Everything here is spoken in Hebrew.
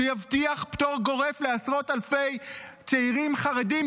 שיבטיח פטור גורף לעשרות אלפי צעירים חרדים